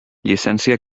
llicència